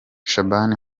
shaban